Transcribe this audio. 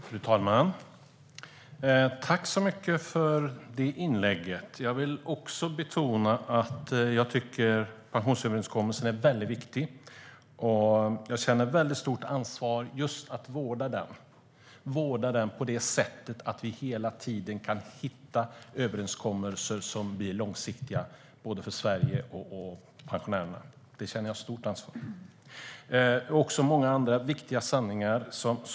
Fru talman! Tack så mycket för inlägget! Jag vill betona att jag tycker att pensionsöverenskommelsen är väldigt viktig och känner stort ansvar för att vårda den på det sättet att vi hela tiden kan hitta överenskommelser som blir långsiktiga för både Sverige och pensionärerna. Det känner jag stort ansvar för. Annika tog upp många viktiga sanningar.